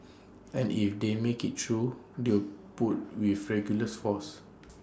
and if they make IT through they'll put with regulars forces